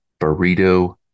burrito